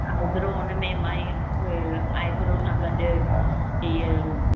I bro हुनमें भाई अ आइ ब्रो सां गॾु हीअ